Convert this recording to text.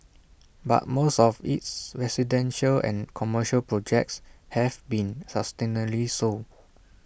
but most of its residential and commercial projects have been substantially sold